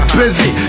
busy